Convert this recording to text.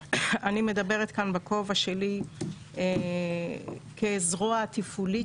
אני מדברת כאן בכובע שלי כזרוע התפעולית